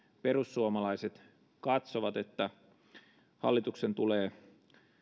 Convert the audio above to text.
perussuomalaiset katsovat että hallituksen tulee